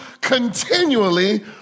continually